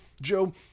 Joe